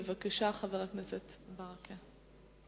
בבקשה, חבר הכנסת ברכה.